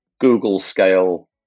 Google-scale